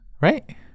right